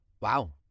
Wow